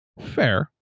Fair